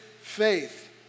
faith